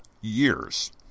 years